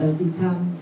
become